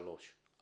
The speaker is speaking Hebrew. שלוש,